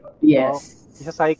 Yes